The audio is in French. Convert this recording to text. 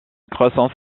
croissance